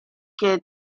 che